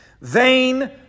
vain